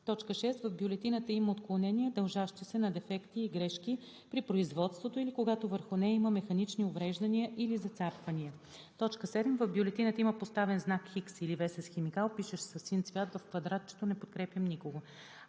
6. в бюлетината има отклонения, дължащи се на дефекти и грешки при производството, или когато върху нея има механични увреждания или зацапвания; 7. в бюлетината има поставен знак „Х“ или „V“ с химикал, пишещ със син цвят, в квадратчето „Не подкрепям никого“.